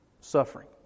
suffering